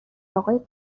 آقای